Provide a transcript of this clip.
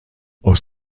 aus